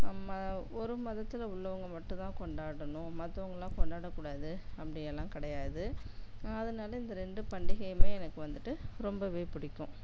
நம்ம ஒரு மதத்தில் உள்ளவங்க மட்டும் தான் கொண்டாடணும் மற்றவங்கள்லாம் கொண்டாட கூடாது அப்படியெல்லாம் கிடையாது அதனால் இந்த ரெண்டு பண்டிகையுமே எனக்கு வந்துட்டு ரொம்பவே பிடிக்கும்